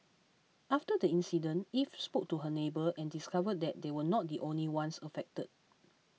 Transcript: after the incident Eve spoke to her neighbour and discovered that they were not the only ones affected